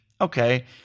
okay